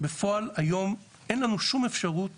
בפועל היום אין לנו שום אפשרות